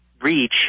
reach